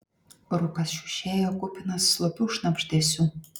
rūkas šiušėjo kupinas slopių šnabždesių